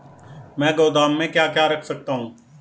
मैं गोदाम में क्या क्या रख सकता हूँ?